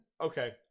Okay